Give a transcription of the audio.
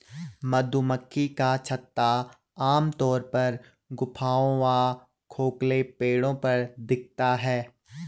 मधुमक्खी का छत्ता आमतौर पर गुफाओं व खोखले पेड़ों पर दिखता है